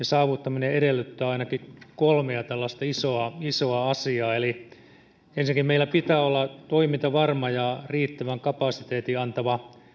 saavuttaminen edellyttää ainakin kolmea tällaista isoa isoa asiaa ensinnäkin meillä pitää olla toimintavarma ja riittävän kapasiteetin antava